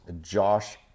Josh